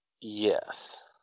yes